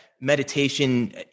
meditation